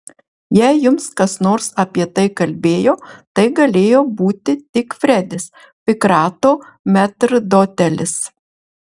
jei jums kas nors apie tai kalbėjo tai galėjo būti tik fredis pikrato metrdotelis